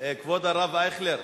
כבוד הרב אייכלר,